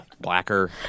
blacker